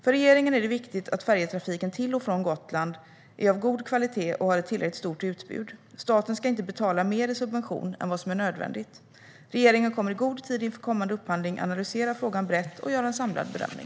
För regeringen är det viktigt att färjetrafiken till och från Gotland är av god kvalitet och har ett tillräckligt stort utbud. Staten ska inte betala mer i subvention än vad som är nödvändigt. Regeringen kommer i god tid inför kommande upphandling att analysera frågan brett och göra en samlad bedömning.